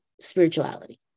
spirituality